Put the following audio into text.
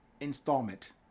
installment